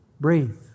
Breathe